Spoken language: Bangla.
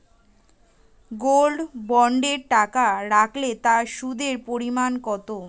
গোল্ড বন্ডে টাকা রাখলে তা সুদের পরিমাণ কত?